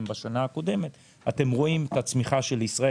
בשנה הקודמת אתם רואים את הצמיחה של ישראל,